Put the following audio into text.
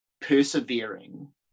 persevering